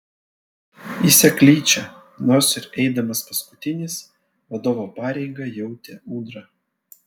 į seklyčią nors ir eidamas paskutinis vadovo pareigą jautė ūdra